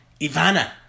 Ivana